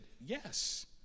yes